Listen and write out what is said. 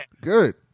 Good